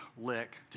lick